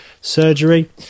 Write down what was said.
surgery